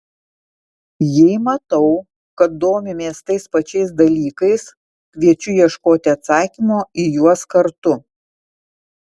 jei matau kad domimės tais pačiais dalykais kviečiu ieškoti atsakymo į juos kartu